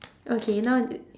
okay now i~